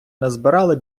назбирали